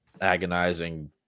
agonizing